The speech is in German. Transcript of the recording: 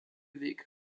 weg